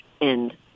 end